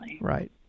Right